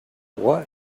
what